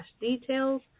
details